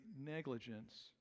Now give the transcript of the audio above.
negligence